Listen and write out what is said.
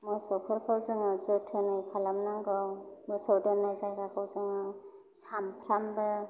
मोसौफोरखौ जोङो जोथोनै खालामनांगौ मोसौ दोनो जायगाखौ जोङो सामफ्रामबो